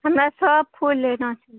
हमरा सब फूल लेना छै